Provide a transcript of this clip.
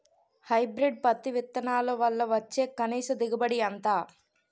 Hybrid పత్తి విత్తనాలు వల్ల వచ్చే కనీస దిగుబడి ఎంత?